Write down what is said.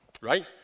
right